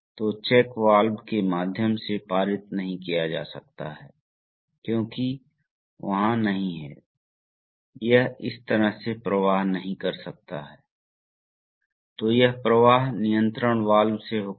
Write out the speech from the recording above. तो आप देखते हैं कि हम A को सक्रिय करके या B को सक्रिय करके या किसी को भी सक्रिय करके इसे प्राप्त करने में सक्षम हैं इसलिए हम सिस्टम ऑपरेटिंग दबाव मोड का चयन कर सकते हैं यह हमारा दूसरा उदाहरण है